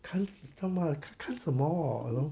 看你这么看什么 you know